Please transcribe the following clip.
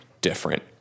different